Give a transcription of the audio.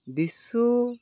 ᱵᱤᱥᱥᱚ